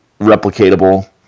replicatable